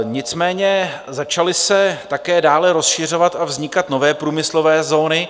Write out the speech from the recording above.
Nicméně začaly se také dále rozšiřovat a vznikat nové průmyslové zóny.